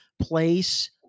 place